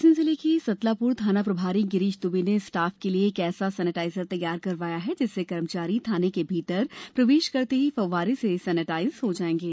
रायसेन जिले के सतलापुर थाना प्रभारी गिरीश दुबे ने स्टाफ के लिए ऐसा सेनीटाइजर तैयार करवाया है जिससे कर्मचारी थाने में प्रवेश करते ही फव्वारे से सेनीटाइज हो जायेंगे